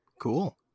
Cool